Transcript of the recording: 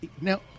Now